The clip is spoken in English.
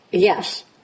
Yes